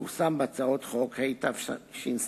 פורסם בהצעות חוק התשס"ו,